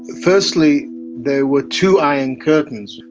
firstly there were two iron curtains.